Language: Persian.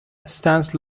استنس